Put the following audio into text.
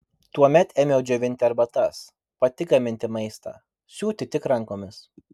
tuomet ėmiau džiovinti arbatas pati gaminti maistą siūti tik rankomis